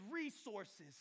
Resources